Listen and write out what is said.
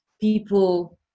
people